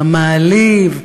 המעליב,